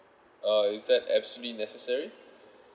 uh is that actually necessary